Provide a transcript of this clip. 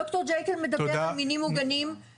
ד"ר ג'קיל מדבר על מינים מוגנים,